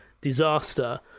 disaster